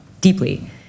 deeply